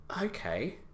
Okay